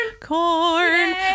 Corn